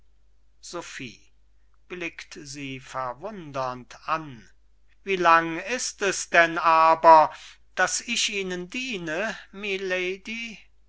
an wie lang ist es denn aber daß ich ihnen diene milady